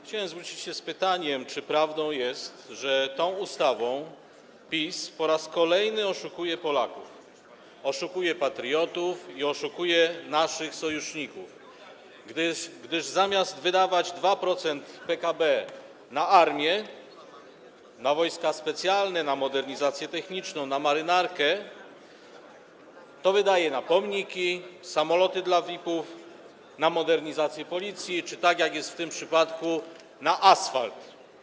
Chciałem zwrócić się z pytaniem, czy prawdą jest, że tą ustawą PiS po raz kolejny oszukuje Polaków, oszukuje patriotów i oszukuje naszych sojuszników, gdyż zamiast wydawać 2% PKB na armię, na wojska specjalne, na modernizację techniczną, na marynarkę, to wydaje środki na pomniki, samoloty dla VIP-ów, na modernizację Policji czy, tak jak jest w tym przypadku, na asfalt.